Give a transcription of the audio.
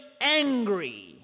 angry